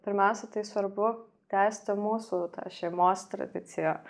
pirmiausia tai svarbu tęsti mūsų tą šeimos tradiciją